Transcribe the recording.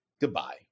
goodbye